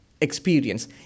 experience